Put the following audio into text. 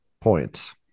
points